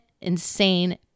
Insane